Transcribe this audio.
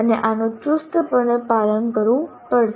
અને આનું ચુસ્તપણે પાલન કરવું પડશે